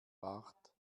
bart